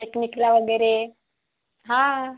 पिकनिकला वगैरे हा